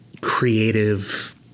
creative